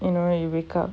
you know when you wake up